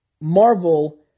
Marvel